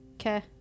okay